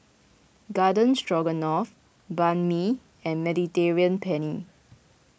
Garden Stroganoff Banh Mi and Mediterranean Penne